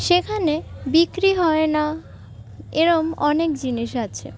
সেখানে বিক্রি হয় না এরম অনেক জিনিস আছে